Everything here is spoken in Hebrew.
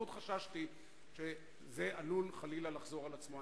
חששתי מאוד שזה עלול לחזור על עצמו.